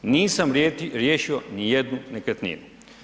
Nisam riješio ni jednu nekretninu.